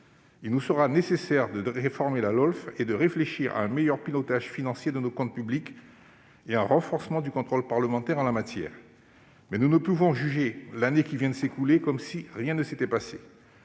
plus que jamais nécessaire de réformer la LOLF et de réfléchir à un meilleur pilotage financier de nos comptes publics, ainsi qu'à un renforcement du contrôle parlementaire en la matière. Nous ne pouvons juger l'année qui vient de s'écouler comme si rien ne s'était passé.